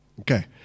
Okay